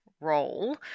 role